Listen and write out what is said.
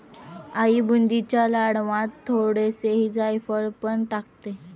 आई बुंदीच्या लाडवांत थोडेसे जायफळ पण टाकते